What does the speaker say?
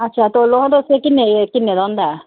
अच्छा तोलो तुस किन्ना दा होंदा ऐ